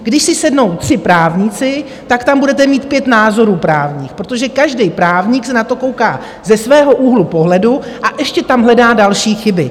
Když si sednou tři právníci, tak tam budete mít pět právních názorů, protože každý právník se na to kouká ze svého úhlu pohledu a ještě tam hledá další chyby.